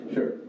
Sure